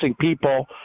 people